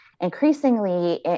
increasingly